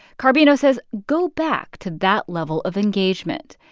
carbino says, go back to that level of engagement.